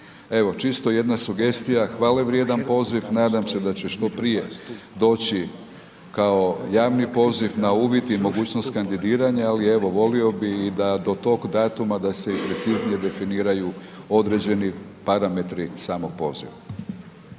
Evo, čisto jedna sugestija, hvale vrijedan poziv, nadam se da će što prije doći kao javni poziv na uvid i mogućnost kandidiranja, ali evo volio bi i da do tog datuma da se i preciznije definiraju određeni parametri samog poziva.